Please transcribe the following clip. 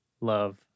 love